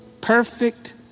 Perfect